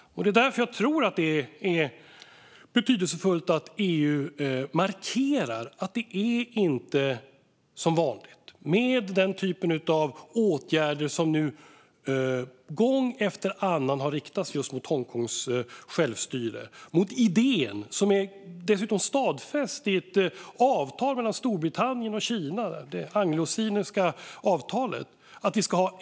Det är därför betydelsefullt att EU markerar att det inte är som vanligt med sådana åtgärder som gång efter annan nu har riktats mot Hongkongs självstyre och idén om det. Denna idé är dessutom stadfäst i ett avtal mellan Storbritannien och Kina, det anglosineska avtalet, om "ett Kina, två system".